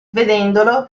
vedendolo